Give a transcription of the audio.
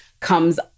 comes